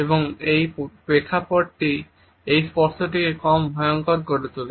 এবং এই প্রেক্ষাপটটি এই স্পর্শটিকে কম ভয়ঙ্কর করে তোলে